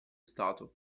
stato